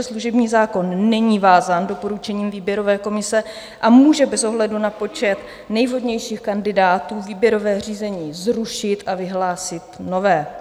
Služební zákon není vázán doporučením výběrové komise a může bez ohledu na počet nejvhodnějších kandidátů výběrové řízení zrušit a vyhlásit nové.